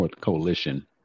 coalition